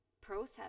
process